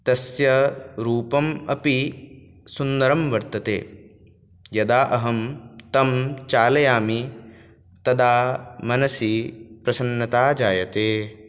तस्य रूपम् अपि सुन्दरं वर्तते यदा अहं तत् चालयामि तदा मनसि प्रसन्नता जायते